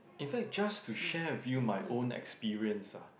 in fact just to share with you my own experience ah